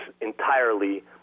entirely